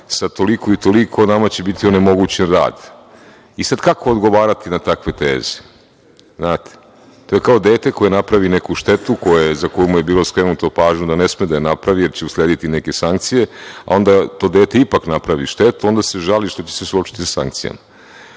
sa toliko i toliko, nama će biti onemogućen rad. I sad kako odgovarati na takve teze? Znate, to je kao dete koje napravi neku štetu, za koju mu je bila skrenuta pažnja da ne sme da je napravi, jer će uslediti neke sankcije, a onda to dete ipak napravi štetu, onda se žali što će se suočiti sa sankcijama.